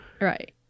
Right